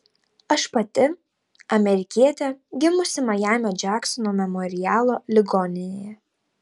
aš pati amerikietė gimusi majamio džeksono memorialo ligoninėje